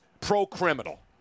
pro-criminal